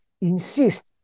insist